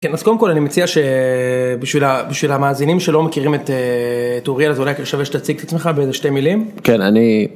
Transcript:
כן, אז קודם כל אני מציע ש... בשביל ה... בשביל המאזינים שלא מכירים את אה.. את אוריאל, אז אולי כאילו שווה שתציג את עצמך באיזה שתי מילים? כן, אני...